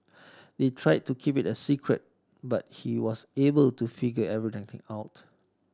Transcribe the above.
they tried to keep it a secret but he was able to figure everything out